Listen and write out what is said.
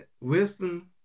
wisdom